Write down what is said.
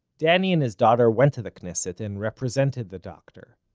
danny and his daughter went to the knesset and represented the doctor.